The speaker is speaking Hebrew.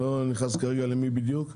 אני לא נכנס כרגע למי בדיוק.